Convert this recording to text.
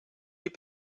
you